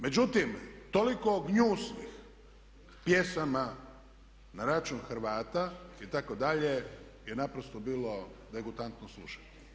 Međutim, toliko gnjusnih pjesama na račun Hrvata itd. je naprosto bilo degutantno slušati.